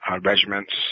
Regiments